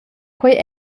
quei